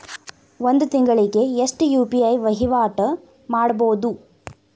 ಒಂದ್ ತಿಂಗಳಿಗೆ ಎಷ್ಟ ಯು.ಪಿ.ಐ ವಹಿವಾಟ ಮಾಡಬೋದು?